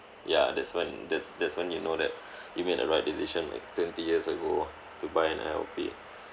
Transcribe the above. ya there's when that's that's when you know that you made the right decision like twenty years ago to buy an I_L_P